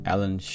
Alan